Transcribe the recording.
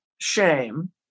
shame